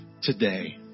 today